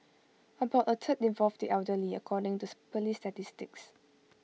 about A third involved the elderly according to Police statistics